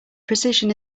precision